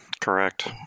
Correct